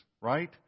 right